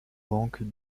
banques